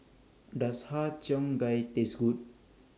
Does Har Cheong Gai Taste Good